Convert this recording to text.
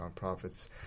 nonprofits